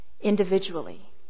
individually